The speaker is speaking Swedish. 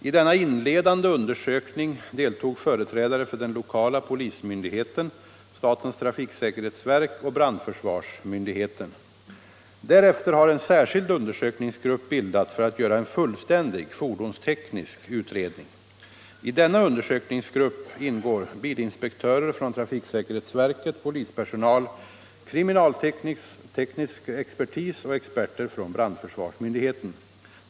I denna inledande undersökning deltog företrädare för den lokala polismyndigheten, statens trafiksäkerhetsverk och brandförsvarsmyndigheten. Därefter har en särskild undersökningsgrupp bildats för att göra en fullständig fordonsteknisk utredning. I denna undersökningsgrupp ingår bilinspektörer från trafiksäkerhetsverket, polispersonal, kriminalteknisk expertis och experter från brandförsvarsmyndigheten.